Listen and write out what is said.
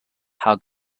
how